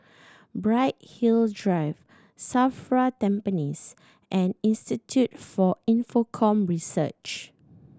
Bright Hill Drive SAFRA Tampines and Institute for Infocomm Research